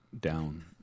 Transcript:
down